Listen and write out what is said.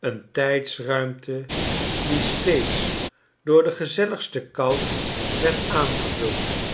een tijdsruimte die steeds door den gezelligsten kout werd aangevuld